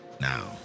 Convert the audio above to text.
Now